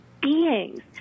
beings